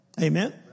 Amen